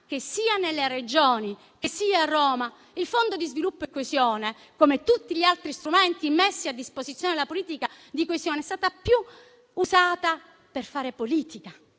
sia nelle Regioni o sia a Roma, il Fondo di sviluppo e coesione, come tutti gli altri strumenti messi a disposizione della politica di coesione, è stato usato più per fare politica